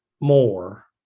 more